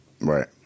Right